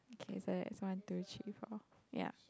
okay so that's one two three four yup